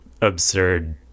absurd